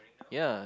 ya